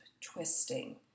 twisting